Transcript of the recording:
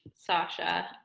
sasha.